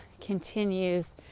continues